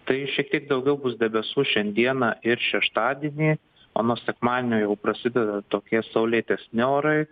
tai šiek tiek daugiau bus debesų šiandieną ir šeštadienį o nuo sekmadienio jau prasideda tokie saulėtesni orai